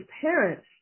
parents